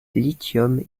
lithium